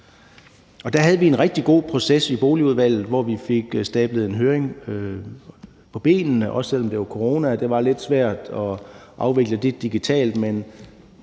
Vi havde så en rigtig god proces i Boligudvalget, hvor vi fik stablet en høring på benene, også selv om der var corona, og det var lidt svært at afvikle det digitalt.